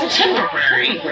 temporary